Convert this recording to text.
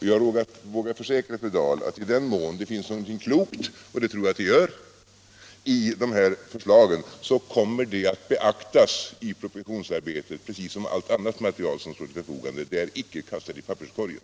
Jag vågar försäkra fru Dahl att i den mån det finns någonting klokt — och det tror jag att det gör — i dessa förslag, kommer det att beaktas i propositionsarbetet precis som allt annat material som står till förfogande. Förslagen är inte kastade i papperskorgen.